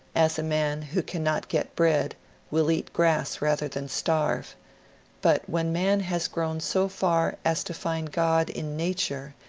as a man who cannot get bread will eat grass rather than starve but when man has grown so far as to find god in nature,